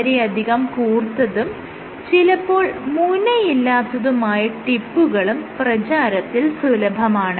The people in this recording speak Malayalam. വളരെയധികം കൂർത്തതും ചിലപ്പോൾ മുനയില്ലാത്തതുമായ ടിപ്പുകളും പ്രചാരത്തിൽ സുലഭമാണ്